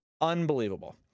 unbelievable